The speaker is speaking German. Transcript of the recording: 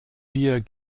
wir